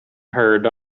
heard